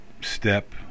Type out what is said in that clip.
step